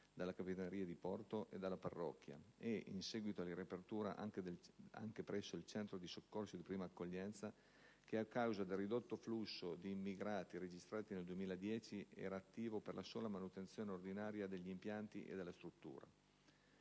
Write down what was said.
dalla Capitaneria di porto e dalla parrocchia e - in seguito alla sua riapertura - anche presso il centro di soccorso e prima accoglienza, che, a causa del ridotto flusso di immigranti registrato nel 2010, era attivo per la sola manutenzione ordinaria degli impianti e della struttura.